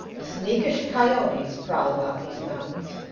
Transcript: sneakish coyotes prowl about these mountains,